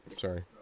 sorry